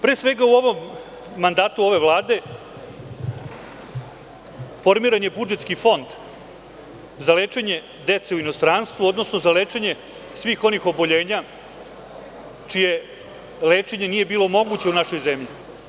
Pre svega, u mandatu ove Vlade formiran je Budžetski fond za lečenje dece u inostranstvu, odnosno za lečenje svih onih oboljenja čije lečenje nije bilo moguće u našoj zemlji.